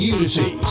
Unity